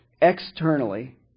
Externally